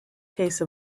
case